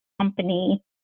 company